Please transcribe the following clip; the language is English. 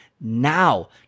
now